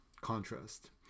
contrast